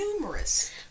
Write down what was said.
numerous